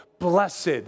blessed